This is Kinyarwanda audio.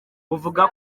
buvuga